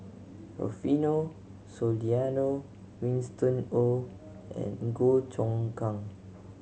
Rufino Soliano Winston Oh and Goh Choon Kang